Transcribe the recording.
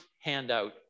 handout